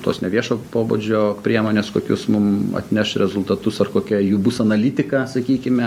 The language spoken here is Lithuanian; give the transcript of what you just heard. tos neviešo pobūdžio priemonės kokius mum atneš rezultatus ar kokia jų bus analitika sakykime